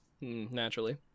Naturally